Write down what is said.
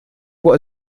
what